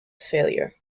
failure